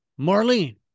Marlene